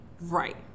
right